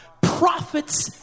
Prophets